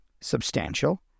substantial